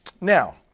Now